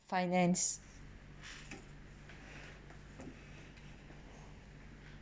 finance